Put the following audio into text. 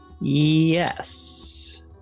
Yes